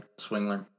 Swingler